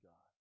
God